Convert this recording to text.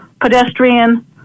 pedestrian